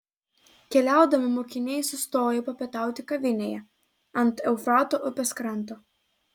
keliaudami mokiniai sustojo papietauti kavinėje ant eufrato upės kranto